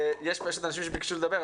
יש אנשים שביקשו לדבר,